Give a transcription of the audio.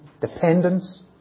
dependence